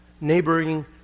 neighboring